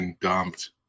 dumped